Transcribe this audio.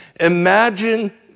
Imagine